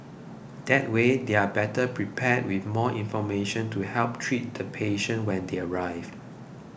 that way they are better prepared with more information to help treat the patient when they arrive